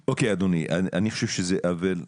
אדוני, אני חושב שזה עוול,